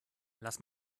lass